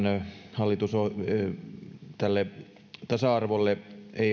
sen sijaan tasa arvolle